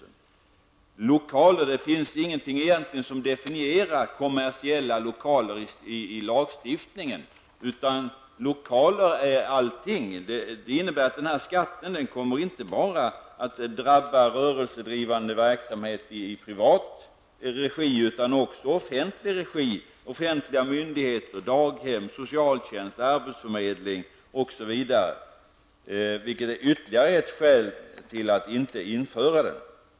Det finns egentligen ingenting i lagstiftningen som definierar kommersiella lokaler. Lokaler är allting. Det innebär att skatten inte bara kommer att drabba rörelsedrivande verksamhet i privat regi, utan också verksamhet i offentlig regi; offentliga myndigheter, daghem, socialtjänst, arbetsförmedling osv. Detta är ytterligare ett skäl till att inte införa den.